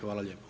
Hvala lijepo.